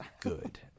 good